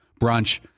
brunch